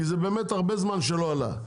כי זה באמת הרבה זמן שהמחיר לא עלה,